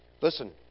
Listen